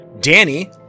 Danny